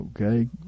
Okay